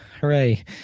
Hooray